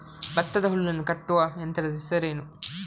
ಭತ್ತದ ಹುಲ್ಲನ್ನು ಕಟ್ಟುವ ಯಂತ್ರದ ಹೆಸರೇನು?